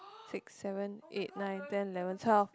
six seven eight nine ten eleven twelve